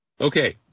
okay